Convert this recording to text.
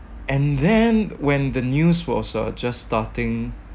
and then when the news was uh just starting